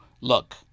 look